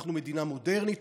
אנחנו מדינה מודרנית.